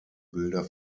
bilder